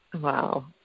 Wow